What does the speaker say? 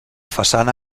façana